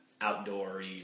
outdoor-y